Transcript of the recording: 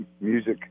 music